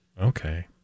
Okay